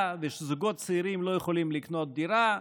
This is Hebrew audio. ושזוגות צעירים לא יכולים לקנות דירה.